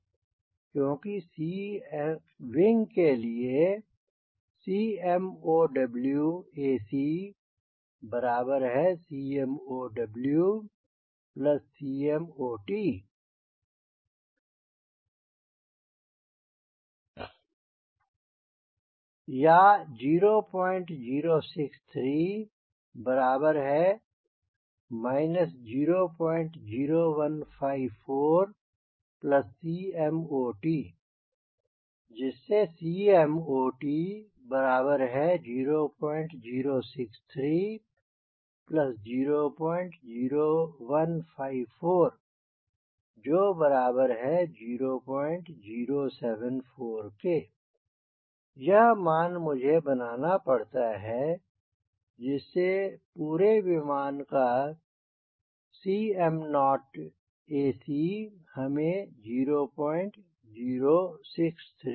क्योंकि विंग के लिए CmoWacCmoWCmot 0063 00154Cmot Cmot0063001540074 यह मान मुझे बनाना पड़ता है जिससे पूरे विमान का Cmotac हमें 0063 मिले